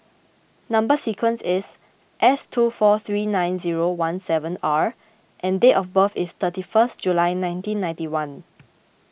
Number Sequence is S two four three nine zero one seven R and date of birth is thirty one July nineteen ninety one